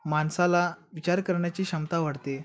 माणसाला विचार करण्याची क्षमता वाढते